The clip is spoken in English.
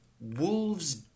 Wolves